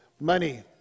Money